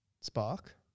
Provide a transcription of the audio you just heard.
Spark